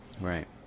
right